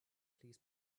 please